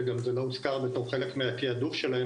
אגב זה לא הוזכר בתור חלק מהתעדוף שלהם